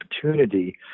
opportunity